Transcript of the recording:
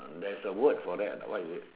uh there's a word for that ah what is it